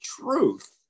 truth